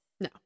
No